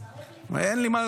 אדוני.